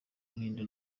buhinde